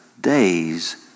days